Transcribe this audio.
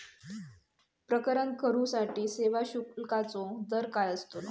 प्रकरण करूसाठी सेवा शुल्काचो दर काय अस्तलो?